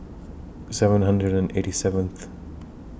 seven hundred and eighty seventh